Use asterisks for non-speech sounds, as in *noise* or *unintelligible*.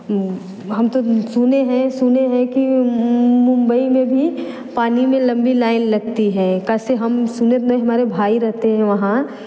हम तो सुने हैं सुने हैं कि मुंबई में भी पानी में लंबी लाइन लगती है कैसे हम *unintelligible* ने हमारे भाई रहते हैं वहाँ